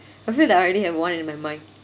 I feel that I already have one in my mind